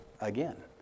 Again